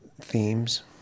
themes